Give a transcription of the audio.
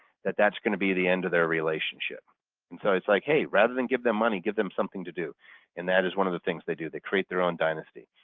that that's going to be the end of their relationship and so it's like hey, rather than give them money, give them something to do and that is one of the things they do. they create their own dynasty.